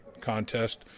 contest